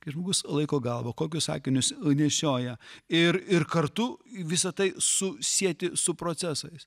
kaip žmogus laiko galvą kokius akinius nešioja ir ir kartu visa tai su sieti su procesais